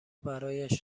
برایش